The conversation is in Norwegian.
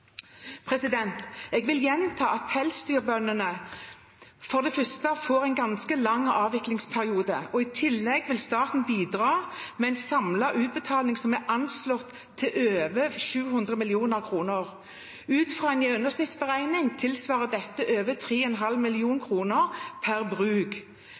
ganske lang avviklingsperiode. I tillegg vil staten bidra med en samlet utbetaling som er anslått til over 700 mill. kr. Ut fra en gjennomsnittsberegning tilsvarer dette over 3,5 mill. kr per bruk.